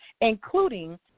including